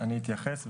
אני אתייחס,